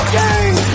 game